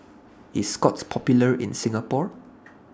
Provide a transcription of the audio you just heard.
IS Scott's Popular in Singapore